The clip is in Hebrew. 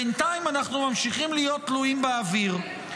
בינתיים אנחנו ממשיכים להיות תלויים באוויר.